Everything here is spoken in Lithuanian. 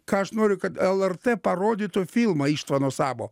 ką aš noriu kad lrt parodytų filmą ištvano sabo